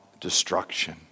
destruction